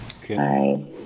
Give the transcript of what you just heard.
Okay